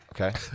Okay